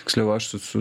tiksliau aš su su